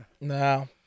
No